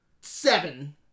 seven